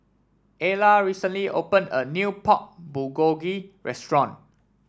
Ayla recently opened a new Pork Bulgogi Restaurant